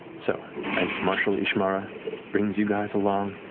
so as marshal ishmara brings you guys along,